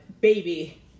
baby